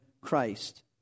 Christ